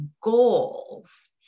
goals